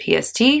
PST